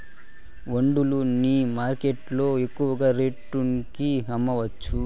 వడ్లు ని ఏ మార్కెట్ లో ఎక్కువగా రేటు కి అమ్మవచ్చు?